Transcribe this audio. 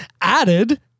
added